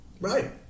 Right